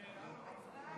אם כן,